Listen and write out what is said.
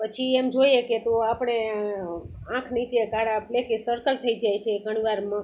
પછી એમ જોઈએ કે તો આપણે આંખ નીચે કાળા પ્લે કે કે સર્કલ થઈ જાય છે ઘણી વાર મા